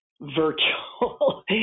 virtual